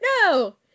No